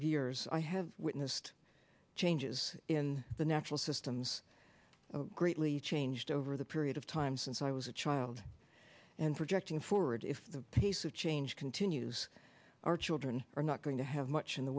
of years i have witnessed changes in the natural systems greatly changed over the period of time since i was a child and projecting forward if the pace of change continues our children are not going to have much in the